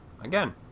Again